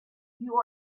you